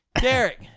Derek